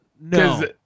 no